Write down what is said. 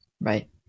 Right